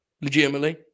Legitimately